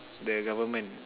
the government